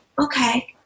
Okay